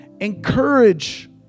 encourage